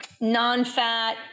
non-fat